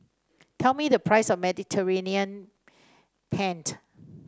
tell me the price of Mediterranean Paint